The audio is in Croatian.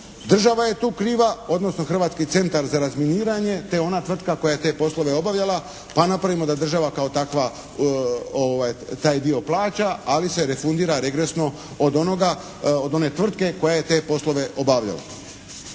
Država je tu kriva, odnosno Hrvatski centar za razminiranje te ona tvrtka koja je te poslove obavljala, pa napravimo da država kao takva taj dio plaća, ali se refundira regresno od onoga, od one tvrtke koja je te poslove obavljala.